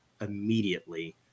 immediately